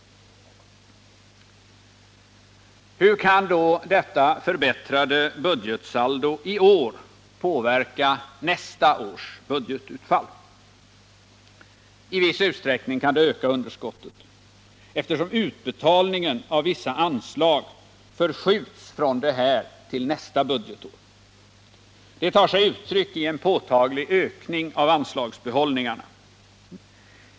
Hur kan då detta förbättrade budgetsaldo i år påverka nästa års budgetutfall? I viss utsträckning kan det öka underskottet, eftersom utbetalningen av vissa anslag förskjutits från detta till nästa budgetår. Det tar sig uttryck i en påtaglig ökning av anslagsbehållningarna.